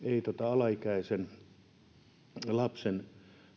alaikäisen lapsen